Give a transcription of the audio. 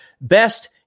best